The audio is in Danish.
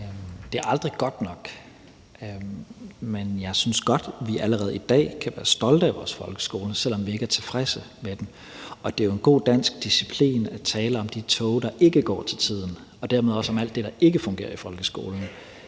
Det er aldrig godt nok, men jeg synes godt, at vi allerede i dag kan være stolte af vores folkeskole, selv om vi ikke er tilfredse med den. Det er jo en god dansk disciplin at tale om de toge, der ikke går tiden, og dermed også om alt det, der ikke fungerer i folkeskolen.